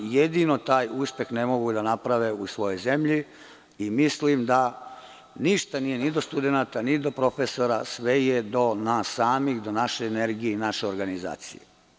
Jedino taj uspeh ne mogu da naprave u svojoj zemlji i mislim da ništa nije ni do studenata, ni do profesora, sve je do nas samih, do naše energije i naše organizacije.